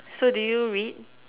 so do you read